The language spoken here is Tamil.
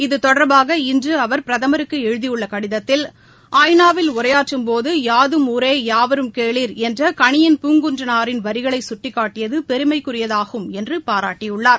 இது தொடர்பாக இன்று அவர் பிரதமருக்கு எழுதியுள்ள கடிதத்தில் ஐ நா வில் உரையாற்றும்போது யாதும் ஊரே யாவரும் கேளீர் என்ற கனியன் பூங்குன்றனாரின் வரிகளை சுட்டிகாட்டியது பெருமைக்குரியதாகும் என்று பாராட்டியுள்ளார்